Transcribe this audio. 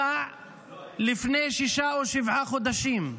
ומוצע לפני שישה או שבעה חודשים.